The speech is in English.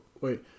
wait